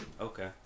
Okay